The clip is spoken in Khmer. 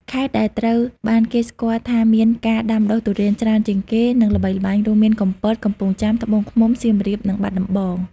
ខេត្តដែលត្រូវបានគេស្គាល់ថាមានការដាំដុះទុរេនច្រើនជាងគេ និងល្បីល្បាញ រួមមាន កំពត កំពង់ចាម ត្បូងឃ្មុំ សៀមរាប និងបាត់ដំបង។